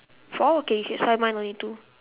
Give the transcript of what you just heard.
four okay you should sign mine only two